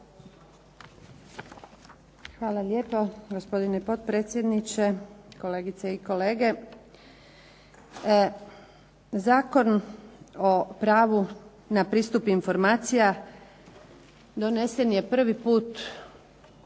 Hvala lijepa gospodine potpredsjedniče, kolegice i kolege. Zakon o pravu na pristup informacija donesen je po prvi put u